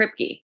Kripke